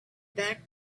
back